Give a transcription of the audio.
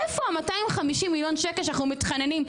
איפה ה-250 מיליון שקל שאנחנו מתחננים,